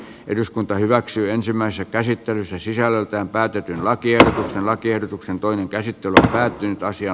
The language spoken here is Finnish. eduskunta hyväksyi ensimmäisen käsittelyssä sisällöltään päätetyn lakiehdotuksen lakiehdotuksen toinen käsittely päättyipäisiä